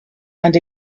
and